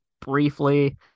briefly